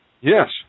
Yes